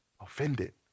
offended